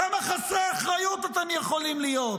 כמה חסרי אחריות אתם יכולים להיות?